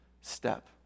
step